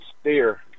steer